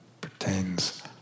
pertains